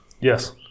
Yes